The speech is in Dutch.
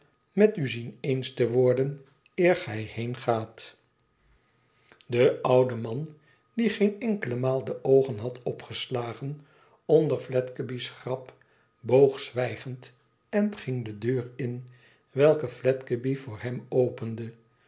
met u zien eens te worden eer gij heengaat de oude man die geen enkele maal de oogen had opgeslagen onder fledgeby's grap boog zwijgend en ging de deur in welke fledgeby voor hem opende